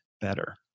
better